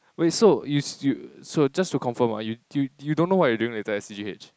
wait so its you so just to confirm ah you you don't know what you doing later at c_g_h